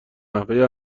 نحوه